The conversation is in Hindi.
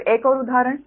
अब एक और उदाहरण